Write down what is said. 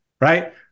right